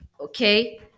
Okay